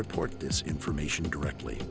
report this information directly